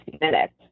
minutes